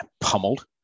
pummeled